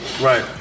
Right